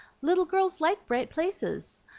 little girls like bright places.